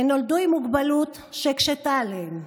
הן נולדו עם מוגבלות שהקשתה עליהן,